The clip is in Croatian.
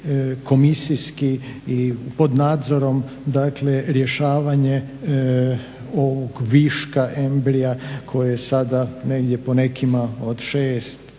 komisijski i pod nadzorom dakle rješavanje ovog viška embrija koje sada negdje po nekima od 6,